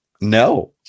no